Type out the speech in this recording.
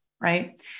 right